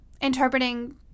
interpreting